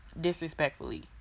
disrespectfully